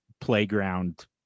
playground